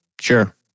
Sure